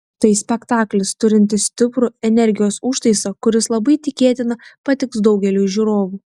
tai spektaklis turintis stiprų energijos užtaisą kuris labai tikėtina patiks daugeliui žiūrovų